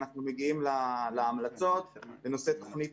אנחנו מגיעים להמלצות בנושא תוכנית